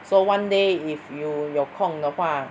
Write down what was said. so one day if you 有空的话